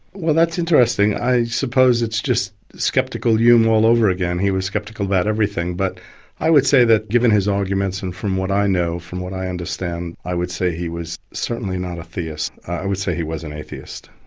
well that's interesting. i suppose it's just sceptical hume all over again. he was sceptical about everything but i would say that given his arguments and from what i know, from what i understand, i would say he was not certainly not a theist. i would say he was an atheist.